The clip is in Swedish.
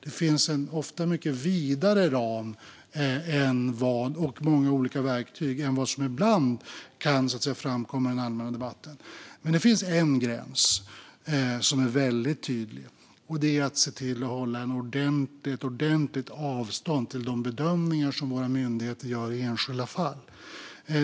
Det finns en ofta mycket vidare ram och fler olika verktyg än vad som ibland kan framkomma i den allmänna debatten. Men det finns en gräns som är väldigt tydlig, och det är att se till att hålla ett ordentligt avstånd till de bedömningar som våra myndigheter gör i enskilda fall.